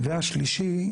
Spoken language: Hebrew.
הנושא השלישי,